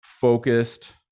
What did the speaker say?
focused